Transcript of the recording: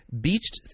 beached